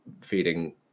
feeding